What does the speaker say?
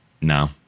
No